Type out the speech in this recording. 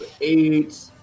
Eight